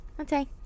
Okay